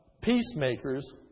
peacemakers